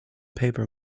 paper